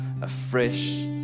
afresh